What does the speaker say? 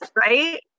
Right